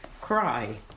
cry